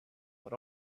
but